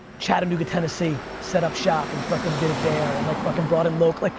chattanooga, tennessee, set up shop and fuckin' did it there and like fuckin' brought in local, like